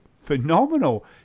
phenomenal